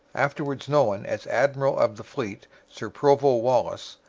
afterwards known as admiral-of-the-fleet sir provo wallis,